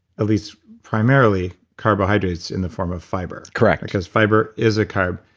at least primarily, carbohydrates in the form of fiber. correct. because fiber is a carb,